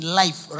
life